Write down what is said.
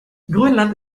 grönland